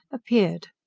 appeared.